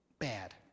Bad